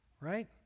Right